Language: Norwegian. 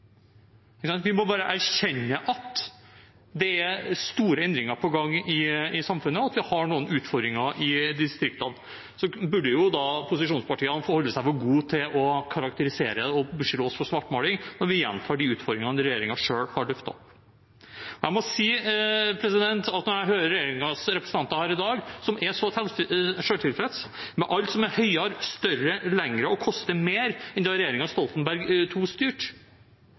Vi må bare erkjenne at det er store endringer på gang i samfunnet, og at vi har noen utfordringer i distriktene. Så burde posisjonspartiene holde seg for gode til å karakterisere oss og beskylde oss for svartmaling når vi gjentar de utfordringene regjeringen selv har løftet opp. Jeg må si at når jeg hører regjeringens representanter her i dag, som er så tilfreds med alt som er høyere, større, lengre og koster mer enn da regjeringen Stoltenberg II styrte,